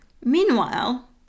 Meanwhile